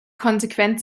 konsequent